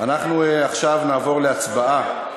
אנחנו עכשיו נעבור להצבעה